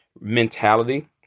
mentality